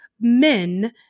men